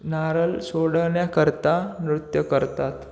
नारळ सोडण्याकरता नृत्य करतात